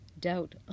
doubt